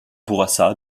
bourassa